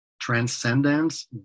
transcendence